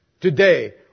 today